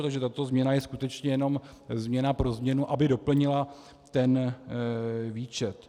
Takže tato změna je skutečně jenom změna pro změnu, aby doplnila ten výčet.